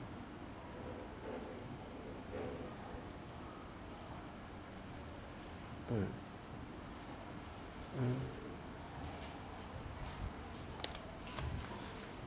mm mm